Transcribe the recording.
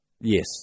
Yes